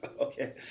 okay